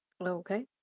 Okay